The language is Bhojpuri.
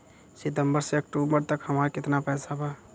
सितंबर से अक्टूबर तक हमार कितना पैसा बा?